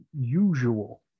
usual